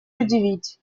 удивить